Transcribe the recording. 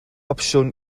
opsiwn